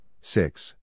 six